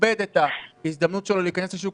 שיאבד את ההזדמנות הראשונה שלו להיכנס לשוק